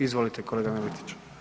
Izvolite kolega Miletić.